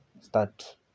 start